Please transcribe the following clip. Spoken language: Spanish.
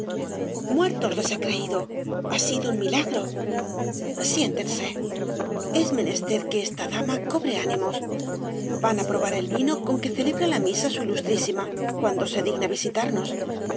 muertos les he creído ha sido un milagro siéntense es menester que esta dama s obras devalle inclan cobre ánimos van á probar el vino con que celebra la misa su ilustrísima cuando se digna visitarnos